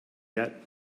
yet